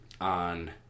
on